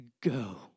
go